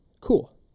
cool